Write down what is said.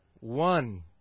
One